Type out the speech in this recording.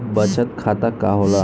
बचत खाता का होला?